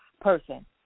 person